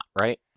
right